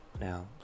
now